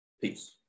peace